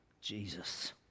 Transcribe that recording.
Jesus